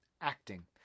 acting